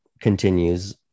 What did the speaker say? continues